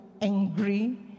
angry